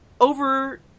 over